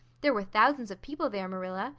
there were thousands of people there, marilla.